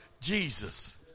Jesus